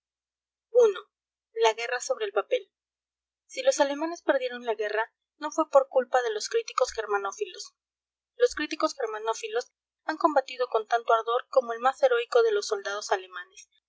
i la guerra sobre el papel si los alemanes perdieron la guerra no fue por culpa de los críticos germanófilos los críticos germanófilos han combatido con tanto ardor como el más heroico de los soldados alemanes